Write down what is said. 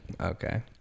Okay